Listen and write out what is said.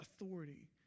authority